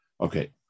Okay